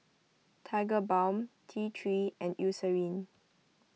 Tigerbalm T three and Eucerin